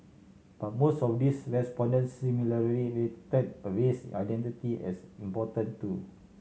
but most of these respondents similarly rated a race identity as important too